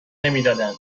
نمیدادند